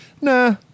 Nah